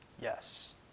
Yes